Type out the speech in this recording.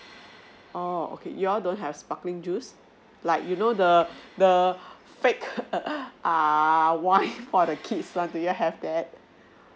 orh okay you all don't have sparkling juice like you know the the fake uh wine for the kids one do you have that